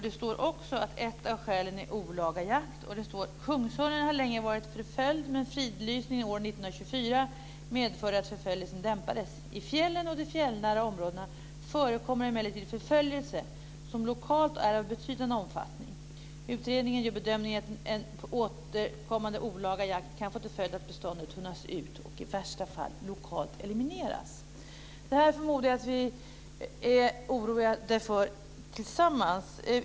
Det står också att ett av skälen är olaga jakt. Vidare står det: "Kungsörnen har länge varit förföljd men fridlysningen år 1924 medförde att förföljelsen dämpades. I fjällen och de fjällnära områden förekommer emellertid förföljelse som lokalt är av betydande omfattning. Utredningen gör bedömningen att en återkommande olaglig jakt kan få till följd att beståndet tunnas ut och i värsta fall lokalt elimineras." Det här förmodar jag att vi är oroade för tillsammans.